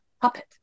puppet